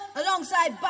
alongside